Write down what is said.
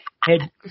head